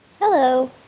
Hello